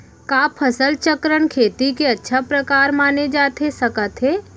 का फसल चक्रण, खेती के अच्छा प्रकार माने जाथे सकत हे?